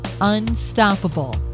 Unstoppable